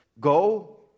Go